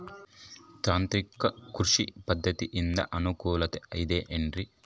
ತಾಂತ್ರಿಕ ಕೃಷಿ ಪದ್ಧತಿಯಿಂದ ಅನುಕೂಲತೆ ಅದ ಏನ್ರಿ?